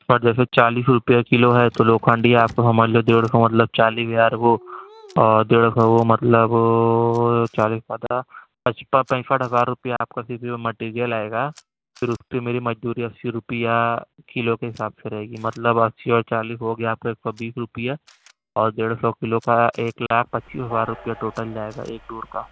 سر جیسے چالیس روپیہ کلو ہے تو لوکھنڈی آپ کو ہاں مان لو ڈیڑھ سو مطلب چالی ہزار وہ اور ڈیڑھ سو وہ مطلب چالیس پچاس پچپن پینسٹھ ہزار روپیہ آپ کا صرف یہ وہ میٹیریل آئے گا پھر اس پہ میری مزدوری اسی روپیہ کلو کے حساب سے رہے گی مطلب اسی اور چالیس ہو گیا آپ کا ایک سو بیس روپیہ اور دیڑھ سو کلو کا ایک لاکھ پچیس ہزار روپیہ ٹوٹل جائے گا ایک ڈور کا